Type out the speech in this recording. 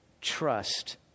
trust